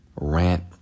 rant